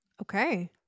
Okay